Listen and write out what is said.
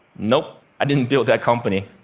nope, i didn't build that company.